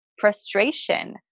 Frustration